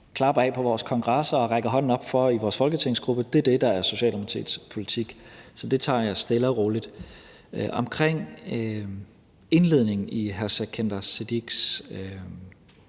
klapper af på vores kongresser og rækker hånden op for i vores folketingsgruppe, er det, der er Socialdemokratiets politik. Så det tager jeg stille og roligt. Til indledningen i hr. Sikandar Siddiques